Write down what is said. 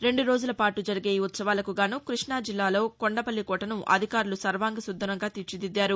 రెండు రోజుల పాటు జరిగే ఈ ఉత్సవాలకు గాను కృష్ణాజిల్లా లో కొండపల్లి కోటను అధికారులు సర్వాంగ సుందరంగా తీర్చిదిద్దారు